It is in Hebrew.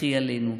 מלכי עלינו".